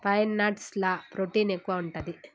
pine nuts ల protein ఎక్కువు ఉంటది